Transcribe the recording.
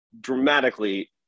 dramatically